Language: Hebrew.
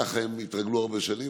ככה הם התרגלו הרבה שנים,